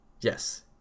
yes